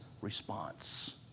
response